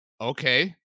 Okay